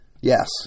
Yes